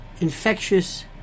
infectious